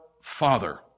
Father